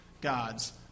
God's